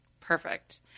perfect